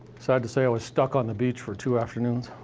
sad to say i was stuck on the beach for two afternoons.